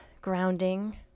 grounding